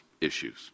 issues